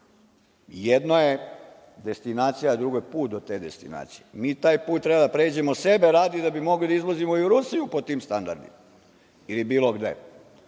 Jedno je destinacija, a drugo je put do te destinacije. Mi taj put treba da pređemo sebe radi da bi mogli da izvozimo i u Rusiju po standardima, ili bilo gde.